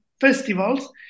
festivals